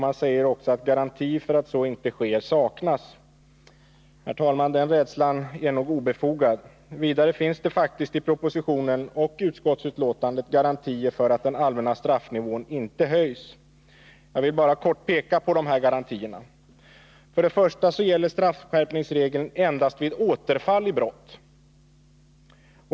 Man säger också att garanti för att så inte sker saknas. Herr talman! Den rädslan är nog obefogad. Vidare finns det faktiskt i propositionen och utskottsbetänkandet garantier för att den allmänna straffnivån inte höjs. Jag vill bara kort peka på dessa garantier. För det första gäller straffskärpningsregeln endast vid återfall i brott.